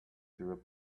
through